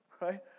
right